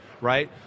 right